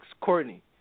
Courtney